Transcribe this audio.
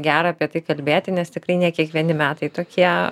gera apie tai kalbėti nes tikrai ne kiekvieni metai tokie